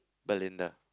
Belinda